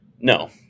No